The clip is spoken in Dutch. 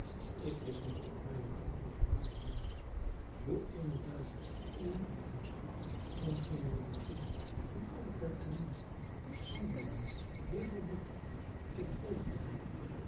ik wist niet of ik mijne ooren gelooven moest hoe eene dame eene liefhebster van genealogie van oude perkamenten stamboomen heraldiek ik volgde haar